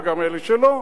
וגם אלה שלא,